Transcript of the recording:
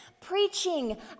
preaching